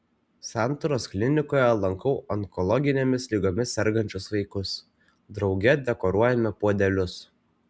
santaros klinikoje lankau onkologinėmis ligomis sergančius vaikus drauge dekoruojame puodelius